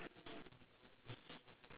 no mine is hang nicely ah